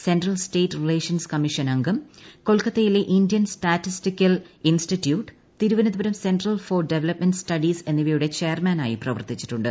central state relation commission അംഗം കൊൽക്കത്തയിലെ Indian statistical institute Thiruvananthapuram central for development studies എന്നിവയുടെ ചെയർമാനായും പ്രവർത്തിച്ചിട്ടുണ്ട്